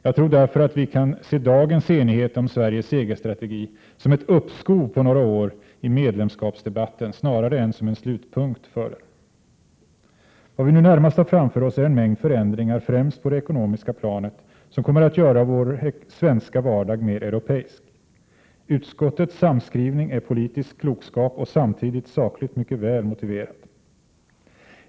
Jag tror därför at vi kan se dagens enighet om Sveriges EG-strategi som ett uppskov på några år i medlemskapsdebatten snarare än som en slutpunkt för den. Vad vi nu närmast har framför oss är en mängd förändringar, främst på det ekonomiska planet, som kommer att göra vår svenska vardag mer europeisk. Utskottets samskrivning är politisk klokskap och samtidigt sakligt mycket väl motiverad.